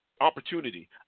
opportunity